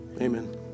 Amen